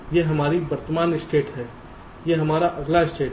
यह हमारी वर्तमान स्टेट है यह हमारा अगला स्टेट है